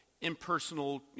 impersonal